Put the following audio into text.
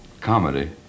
comedy